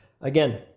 Again